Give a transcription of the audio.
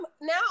now